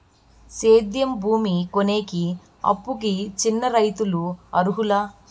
సేద్యం భూమి కొనేకి, అప్పుకి చిన్న రైతులు అర్హులా?